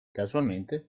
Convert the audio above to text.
casualmente